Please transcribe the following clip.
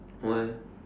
why eh